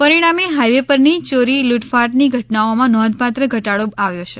પરિણામે હાઇવે પરની ચોરી લૂટફાંટની ઘટનાઓમાં નોંધપાત્ર ઘટાડો આવ્યો છે